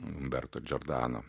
berto džordano